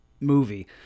movie